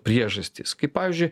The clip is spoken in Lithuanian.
priežastys kaip pavyzdžiui